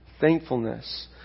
thankfulness